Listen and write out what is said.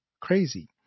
crazy